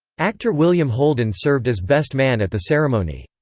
actor william holden served as best man at the ceremony.